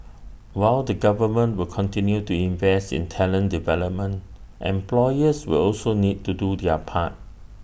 while the government will continue to invest in talent development employers will also need to do their part